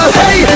hey